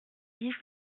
dix